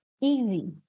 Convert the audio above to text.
easy